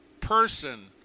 person